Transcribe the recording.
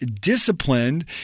disciplined